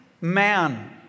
man